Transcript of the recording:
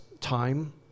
time